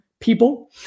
people